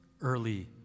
early